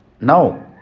Now